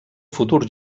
futur